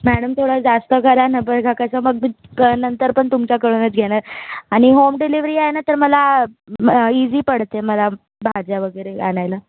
madam थोडं जास्त करा ना बघा कसं मग मी नंतर पण तुमच्याकडूनच घेणार आणि होम डिलिव्हरी आहे ना तर मला इझी पडते मला भाज्या वगैरे आणायला